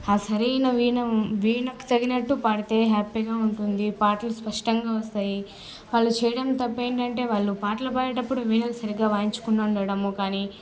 ఆ సరైన వీణ వీణకు తగినట్టు పాడితే హ్యాపీగా ఉంటుంది పాటలు స్పష్టంగా వస్తాయి వాళ్ళు చేయడం తప్పు ఏంటంటే వాళ్ళు పాటలు పాడేటప్పుడు వీణలు సరిగా వాయించకుండా ఉండడం కానీ